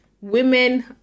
women